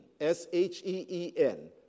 S-H-E-E-N